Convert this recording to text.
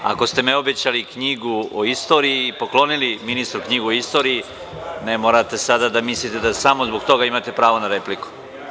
Ako ste mi obećali knjigu o istoriji i poklonili ministru knjigu o istoriji, ne morate sada da mislite da samo zbog toga imate pravo na repliku.